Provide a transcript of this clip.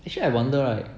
actually I wonder right